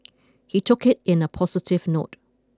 he took it in a positive note